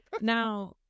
Now